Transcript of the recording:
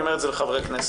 אני אומר את זה לחברי הכנסת,